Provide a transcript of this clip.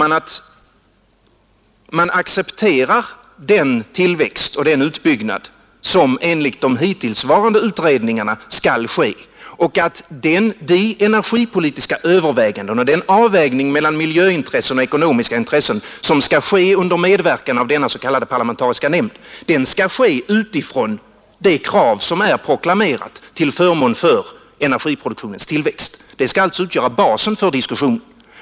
Jo, att man accepterar den tillväxt och utbyggnad som enligt de hittillsvarande utredningarna skall ske och att de energipolitiska överväganden och den avvägning mellan miljöintressen och ekonomiska intressen som skall göras under medverkan av denna parlamentariska nämnd skall ske utifrån det krav som är proklamerat till förmån för energiproduktionens tillväxt. Det skall alltså utgöra basen för diskussionen.